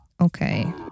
Okay